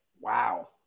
Wow